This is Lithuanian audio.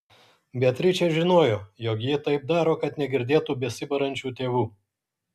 beatričė žinojo jog ji taip daro kad negirdėtų besibarančių tėvų